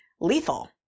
lethal